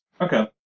Okay